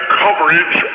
coverage